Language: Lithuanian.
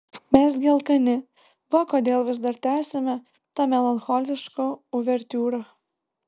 mes gi alkani va kodėl vis dar tęsiame tą melancholišką uvertiūrą